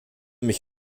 mich